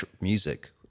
music